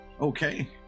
Okay